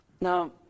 Now